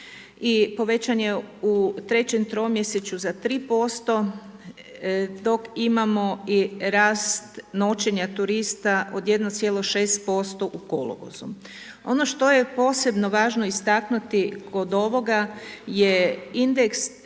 i povećan je u trećem tromjesečju za 3%, dok imamo i rast noćenja turista od 1,6% u kolovozu. Ono što je posebno važno istaknuti kod ovoga je indeks rasta